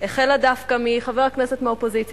החלה דווקא מחבר הכנסת מהאופוזיציה,